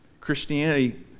Christianity